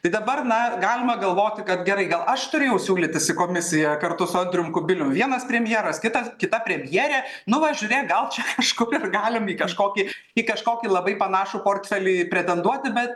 tai dabar na galima galvoti kad gerai gal aš turėjau siūlytis į komisiją kartu su andrium kubilium vienas premjeras kitas kita premjerė nu va žiūrėk gal čia kažkur ir galim į kažkokį į kažkokį labai panašų portfelį pretenduoti bet nebus